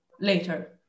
later